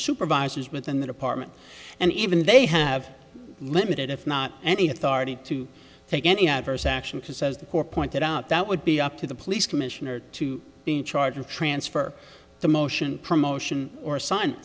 supervisors within the department and even they have limited if not any authority to take any adverse action says the corps pointed out that would be up to the police commissioner to be in charge of transfer the motion promotion or